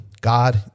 God